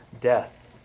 death